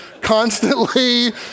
constantly